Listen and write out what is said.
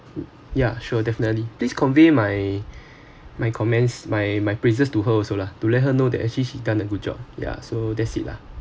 ya sure definitely please convey my my comments my my praises to her also lah to let her know that actually she's done a good job ya so that's it lah